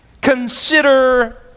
consider